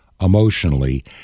emotionally